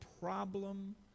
problem